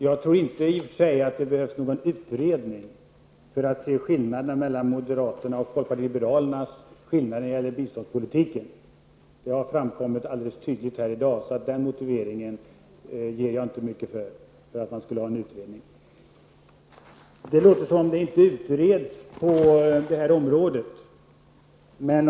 Jag tror inte att det behövs någon utredning för att se skillnaden mellan moderaterna och folkpartiet liberalerna när det gäller biståndspolitiken. Den skillnaden har framkommit alldeles tydligt här i dag, så den motiveringen för att göra en utredning ger jag inte mycket för. Det låter som om det inte utreds på det här området.